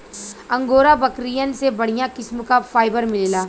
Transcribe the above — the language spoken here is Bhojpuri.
अंगोरा बकरियन से बढ़िया किस्म क फाइबर मिलला